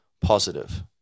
positive